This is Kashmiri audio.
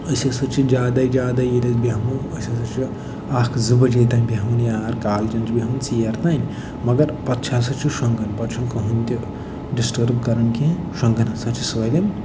أسۍ ہسا چھِ زیادَے زیادَے ییٚلہِ أسۍ بیٚہمو أسۍ ہسا چھِ اکھ زٕ بَجے تام بیٚہوان یار کالہٕ چَن چھِ بیٚہوان ژیر تام مَگر پَتہٕ چھِ ہسا چھِ شۄنٛگَن پَتہٕ چھُنہٕ کٕہیٖنۍ تہِ ڈِسٹٲرٕب کران کیٚنٛہہ شۄنٛگان ہسا چھِ سٲلِم